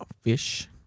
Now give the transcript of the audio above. fish